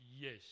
yes